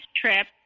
trip